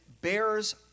bears